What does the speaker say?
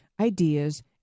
ideas